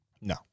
no